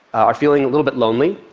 are feeling a little bit lonely.